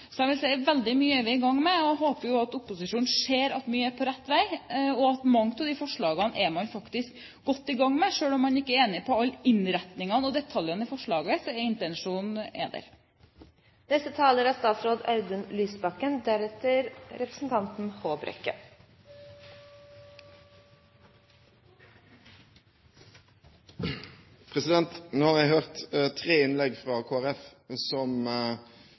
Jeg vil si at vi er i gang med veldig mye. Jeg håper jo at opposisjonen ser at vi er på rett vei, og at man faktisk er godt i gang med mange av forslagene. Selv om man ikke er enig i innretningen og detaljene i forslagene, er intensjonen der.